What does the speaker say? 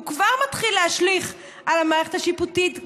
הוא כבר מתחיל להשליך על המערכת השיפוטית,